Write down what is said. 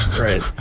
Right